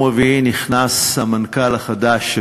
ביום רביעי נכנס המנכ"ל החדש,